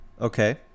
Okay